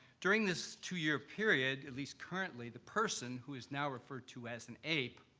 during this two-year period, at least currently, the person, who is now referred to as an aap,